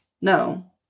No